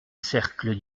cercle